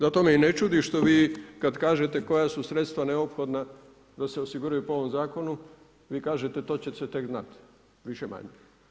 Zato me i ne čudi što vi kad kažete koja su sredstva neophodna da se osiguraju po ovom Zakonu, vi kažete to će se tek znati, više-manje.